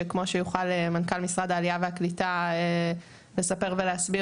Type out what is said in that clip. שכמו שיוכל מנכ"ל משרד העלייה והקליטה לספר ולהסביר,